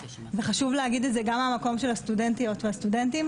וחשוב להגיד את זה גם מהמקום של הסטודנטיות והסטודנטים